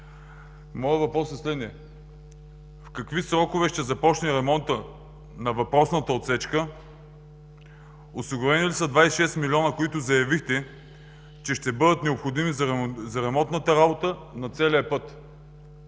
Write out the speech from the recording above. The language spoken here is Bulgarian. Въпросът ми е следният: в какви срокове ще започне ремонтът на въпросната отсечка? Осигурени ли са двадесет и шестте милиона, които заявихте, че ще бъдат необходими за ремонтната работа на целия път?